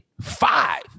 Five